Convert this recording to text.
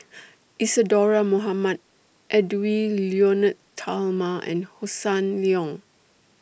Isadhora Mohamed Edwy Lyonet Talma and Hossan Leong